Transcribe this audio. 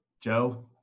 Joe